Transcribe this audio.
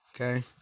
Okay